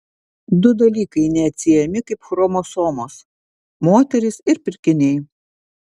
du dalykai neatsiejami kaip chromosomos moterys ir pirkiniai